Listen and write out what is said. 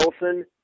Wilson